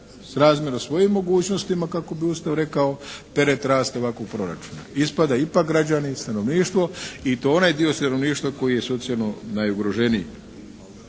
srazmjerno svojim mogućnostima kako bi Ustav rekao …/Govornik se ne razumije./… proračuna. Ispada ipak građani, stanovništvo i to onaj dio stanovništva koji je socijalno najugroženiji.